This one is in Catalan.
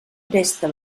presta